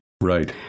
Right